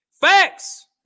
facts